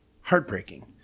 heartbreaking